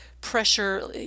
pressure